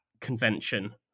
convention